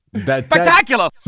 Spectacular